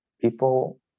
People